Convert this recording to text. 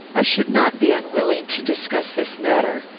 i should not be unwilling to discuss this matter.